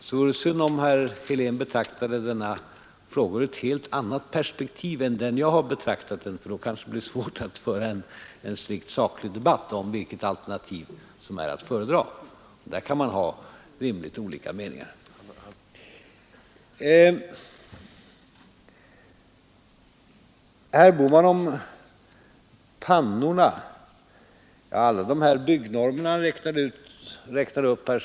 Det vore synd om herr Helén betraktade denna fråga utifrån ett helt annat perspektiv än det jag har betraktat den från — då kanske det blir svårt att föra en strikt saklig debatt om vilket alternativ som är att föredra. Där kan man rimligtvis ha olika meningar. Herr Bohman talade om pannor och räknade upp byggnormer.